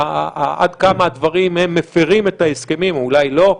עד כמה הדברים מפרים את ההסכמים או אולי לא,